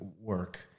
work